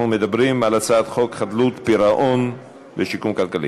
אנחנו מדברים על הצעת חוק חדלות פירעון ושיקום כלכלי.